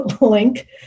link